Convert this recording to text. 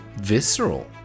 visceral